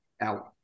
out